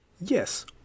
Yes